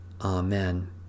Amen